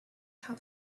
how